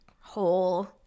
whole